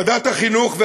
ועדת החינוך,